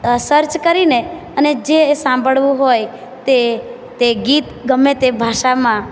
search કરીને અને જે સાંભળવું હોય તે તે ગીત ગમે તે ભાષામાં